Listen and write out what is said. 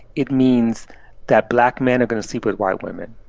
it means that black men are going to sleep with white women.